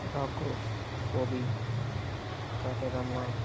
రాకో ఫోబి కాటేరమ్మ